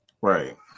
Right